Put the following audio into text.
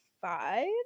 five